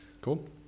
Cool